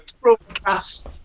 Broadcast